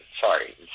Sorry